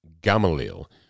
Gamaliel